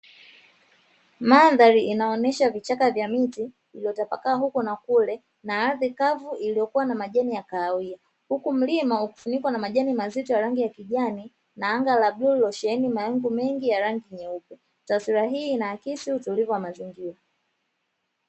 Mandhari inaonesha vichaka vya miti iliyotapakaa huku na kule, na ardhi kavu iliyokuwa na majani ya kahawia. Huku mlima ukifunikwa majani mazito ya rangi ya kijani na anga la bluu lililosheheni mawingu mengi ya rangi nyeupe , taswira hii inaakisi utulivu wa mazingira.